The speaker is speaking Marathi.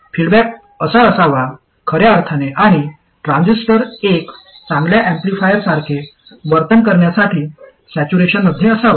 फीडबॅक असा असावा खऱ्या अर्थाने आणि ट्रांझिस्टर एक चांगल्या एम्पलीफायर सारखे वर्तन करण्यासाठी सॅच्युरेशनमध्ये असावा